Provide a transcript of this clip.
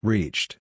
Reached